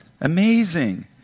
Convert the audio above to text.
Amazing